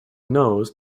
nose